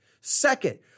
Second